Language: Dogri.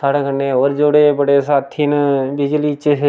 साढ़े कन्नै होर जेह्ड़े बड़े साथी न बिजली च हे